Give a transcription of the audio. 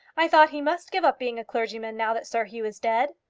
i thought he must give up being a clergyman now that sir hugh is dead?